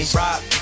rock